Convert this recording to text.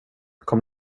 kom